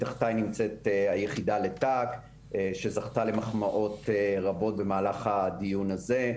מתחתיי נמצאת היחידה לת"ק שזכתה למחמאות רבות במהלך הדיון הזה.